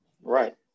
right